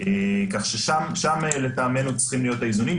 כך ששם, לטעמנו, צריכים להיות האיזונים.